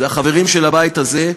זה החברים בבית הזה,